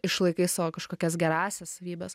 išlaikai savo kažkokias gerąsias savybes